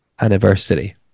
anniversary